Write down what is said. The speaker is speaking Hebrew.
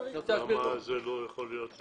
למה זה לא יכול להיות קצר?